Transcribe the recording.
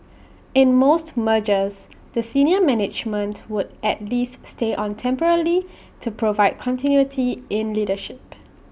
in most mergers the senior management would at least stay on temporarily to provide continuity in leadership